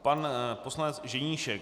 Pan poslanec Ženíšek.